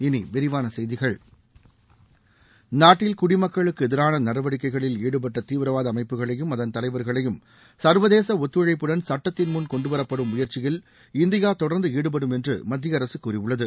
இனி விரிவான செய்திகள் நாட்டில் குடிமக்களுக்கு எதிரான நடவடிக்கைகளில் ஈடுபட்ட தீவிரவாத அமைப்புகளையும் அதன் தலைவர்களையும் சர்வதேச ஒத்துழைப்புடன் சட்டத்தின் முன் கொண்டுவரப்படும் முயற்சியில் இந்தியா தொடர்ந்து ஈடுபடும் என்று மத்திய அரசு கூறியுள்ளது